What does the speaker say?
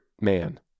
man